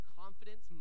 confidence